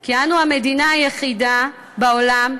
כי אנו המדינה היחידה בעולם,